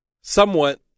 somewhat